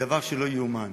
דבר שלא יאומן.